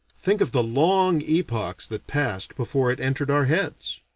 think of the long epochs that passed before it entered our heads.